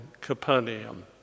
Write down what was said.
Capernaum